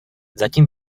zatím